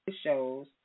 shows